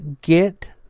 get